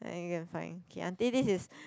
then you go and find okay auntie this is